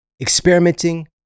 experimenting